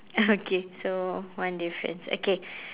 okay so one difference okay